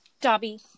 Dobby